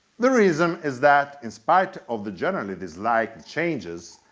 the reason is that, in spite of the generally disliked changes,